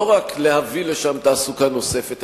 לא רק להביא לשם תעסוקה נוספת,